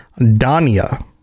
Dania